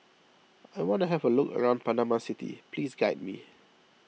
I want to have a look around Panama City please guide me